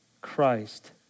Christ